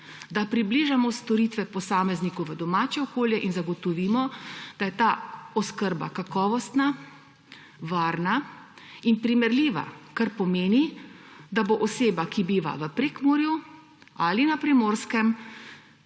da približamo storitve posamezniku v domače okolje in zagotovimo, da je ta oskrba kakovostna, varna in primerljiva, kar pomeni, da bo oseba, ki biva v Prekmurju ali na Primorskem,